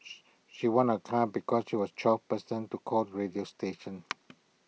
she won A car because she was twelfth person to call the radio station